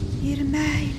ir meilė